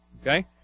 Okay